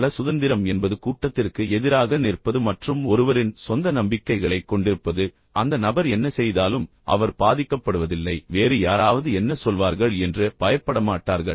கள சுதந்திரம் என்பது கூட்டத்திற்கு எதிராக நிற்பது மற்றும் ஒருவரின் சொந்த நம்பிக்கைகளைக் கொண்டிருப்பது அந்த நபர் என்ன செய்தாலும் அவர் பாதிக்கப்படுவதில்லை வேறு யாராவது என்ன சொல்வார்கள் என்று பயப்படமாட்டார்கள்